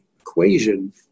equation